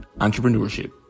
entrepreneurship